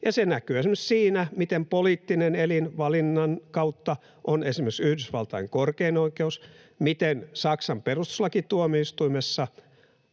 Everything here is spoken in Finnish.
se näkyy esimerkiksi siinä, miten poliittinen elin, valinnan kautta, on esimerkiksi Yhdysvaltain korkein oikeus, miten Saksan perustuslakituomioistuimessa